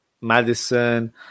Madison